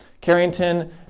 Carrington